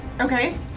Okay